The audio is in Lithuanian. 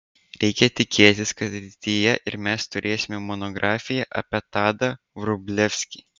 reikia tikėtis kad ateityje ir mes turėsime monografiją apie tadą vrublevskį